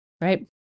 right